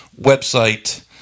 website